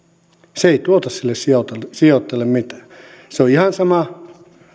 se ei tuota sille sijoittajalle mitään se on ihan sama